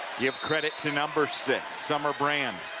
give credit to number six, summer brand,